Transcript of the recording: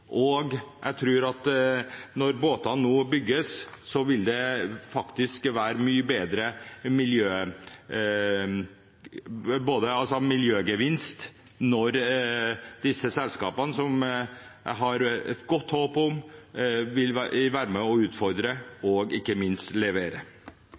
ordning. Jeg tror at når båtene nå bygges, vil det faktisk være mye bedre miljøgevinst når disse selskapene vil være med å utfordre og ikke minst levere, det har vi et godt håp om.